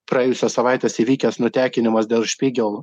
praėjusios savaitės įvykęs nutekinimas dėl špygel